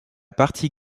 partie